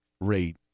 rate